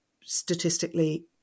statistically